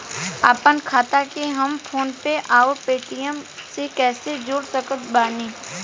आपनखाता के हम फोनपे आउर पेटीएम से कैसे जोड़ सकत बानी?